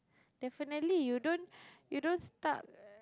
definitely you don't you don't stuck